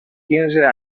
quinze